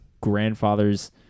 grandfather's